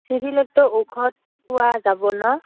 চিভিলতো ঔষধ পোৱা যাব নহ্